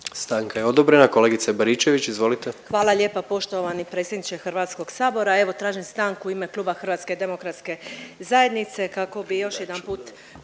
Stanka je odobrena. Kolegice Baričević, izvolite. **Baričević, Danica (HDZ)** Hvala lijepa poštovani predsjedniče Hrvatskog sabora. Evo tražim stanku u ime kluba Hrvatske demokratske zajednice kako bi još jedanput